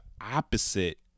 opposite